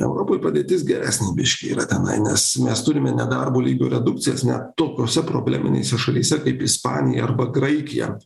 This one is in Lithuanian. europoj padėtis geresnė biškį yra tenai nes mes turime nedarbo lygio redukcijas ne tokiose probleminėse šalyse kaip ispanija arba graikija